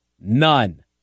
None